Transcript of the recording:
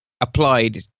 applied